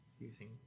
using